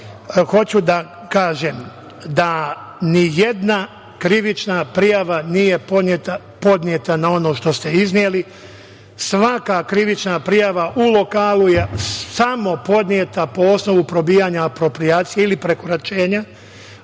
hoću da kažem da nijedna krivična prijava nije podneta na ono što ste izneli. Svaka krivična prijava u lokalu je samo podneta po osnovu probijanja aproprijacije ili prekoračenja